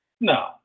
no